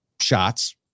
shots